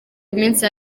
iminsi